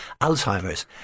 Alzheimer's